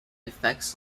effects